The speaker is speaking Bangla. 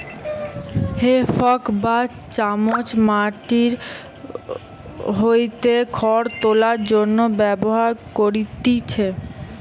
হে ফর্ক বা চামচ মাটি হইতে খড় তোলার জন্য ব্যবহার করতিছে